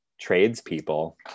tradespeople